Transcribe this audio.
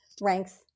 ranks